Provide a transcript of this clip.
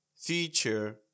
feature